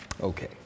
Okay